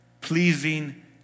pleasing